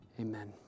Amen